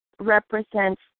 represents